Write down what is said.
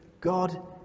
God